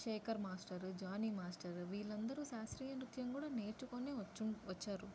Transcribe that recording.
Shekhar master Johnny master వీళ్ళందరూ శాస్త్రీయ నృత్యం కూడా నేర్చుకొనే వచ్చున్ వచ్చారు